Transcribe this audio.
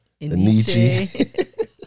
Anichi